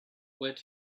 would